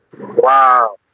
Wow